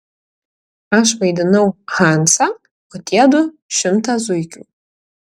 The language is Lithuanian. aš vaidinau hansą o tie du šimtą zuikių